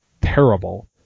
terrible